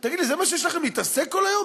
תגיד לי, זה מה שיש לכם להתעסק כל היום?